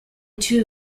two